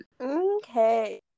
okay